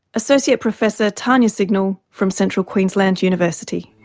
associate professor tania signal from central queensland university.